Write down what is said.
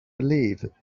believe